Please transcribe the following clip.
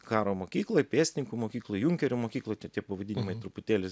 karo mokykloj pėstininkų mokykloj junkerių mokykloj tai tie pavadinimai truputėlį